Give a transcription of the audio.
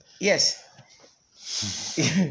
Yes